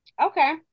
Okay